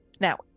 Now